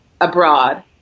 abroad